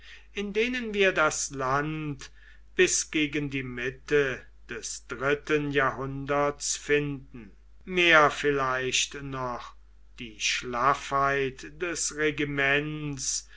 in denen wir das land bis gegen die mitte des dritten jahrhunderts finden mehr vielleicht noch die schlaffheit des regiments